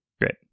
Great